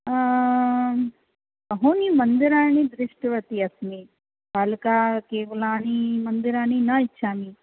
आं बहूनि मन्दिराणि दृष्टवती अस्मि बालका केवलानि मन्दिराणि न इच्छामि